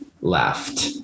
left